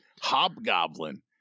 hobgoblin